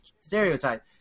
stereotype